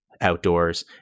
outdoors